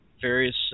various